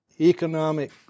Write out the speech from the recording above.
economic